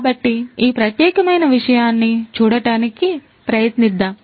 కాబట్టి ఈ ప్రత్యేకమైన విషయాన్ని చూడటానికి ప్రయత్నిద్దాం